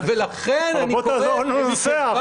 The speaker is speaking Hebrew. מצוין, ולכן --- אבל בוא תעזור לנו לנסח.